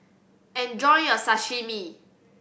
enjoy your Sashimi